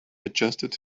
adjusted